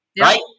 right